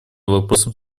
вопросам